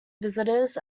visitors